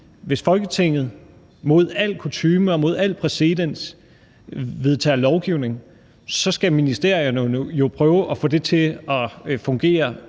hvis Folketinget mod al kutyme og mod al præcedens vedtager lovgivning, skal ministerierne jo prøve at få det til at fungere,